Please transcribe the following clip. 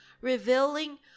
revealing